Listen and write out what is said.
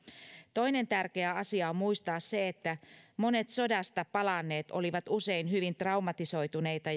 toinen tärkeä asia muistaa on se että monet sodasta palanneet olivat usein hyvin traumatisoituneita